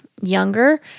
younger